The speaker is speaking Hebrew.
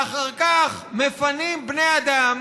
ואחר כך מפנים בני אדם